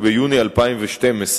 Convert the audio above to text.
שאל אותי השר לשעבר גדעון